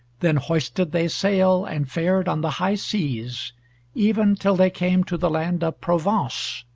then hoisted they sail, and fared on the high seas even till they came to the land of provence.